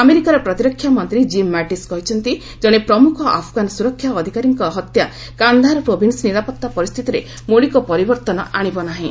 ଆମେରିକାର ପ୍ରତିରକ୍ଷା ମନ୍ତ୍ରୀ ଜିମ୍ ମାଟିସ୍ କହିଛନ୍ତି କଣେ ପ୍ରମୁଖ ଆଫଗାନ ସ୍ରରକ୍ଷା ଅଧିକାରୀଙ୍କ ହତ୍ୟା କାନ୍ଦାହାର ପ୍ରୋଭିନ୍ସ ନିରାପତ୍ତା ପରିସ୍ଥିତିରେ ମୌଳିକ ପରିବର୍ତ୍ତନ ଆଣିବ ନାହିଁ